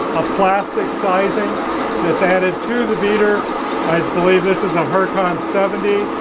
plastic sizing that's added to the beater i believe this is a hercon seventy,